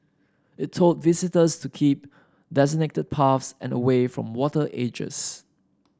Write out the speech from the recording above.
it told visitors to keep designated paths and away from water edges